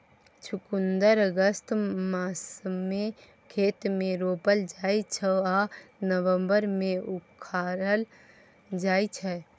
चुकंदर अगस्त मासमे खेत मे रोपल जाइ छै आ नबंबर मे उखारल जाइ छै